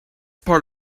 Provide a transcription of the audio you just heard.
part